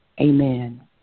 Amen